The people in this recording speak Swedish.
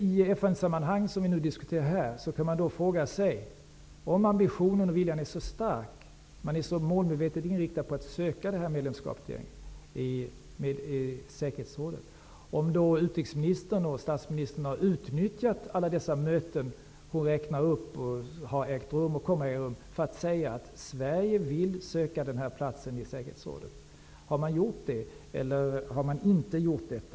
Vad gäller FN, som vi nu här diskuterar, kan man fråga sig om regeringen har den tillräckliga ambitionen och viljan och är målmedvetet inriktad på att Sverige skall söka medlemskap i säkerhetsrådet. Har utrikesministern och statsministern utnyttjat alla de möten som utrikesministern räknade upp, sådana som har ägt rum och sådana som kommer att äga rum, för att säga att Sverige vill söka den aktuella platsen i säkerhetsrådet? Har man eller har man inte gjort detta?